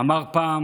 אמר פעם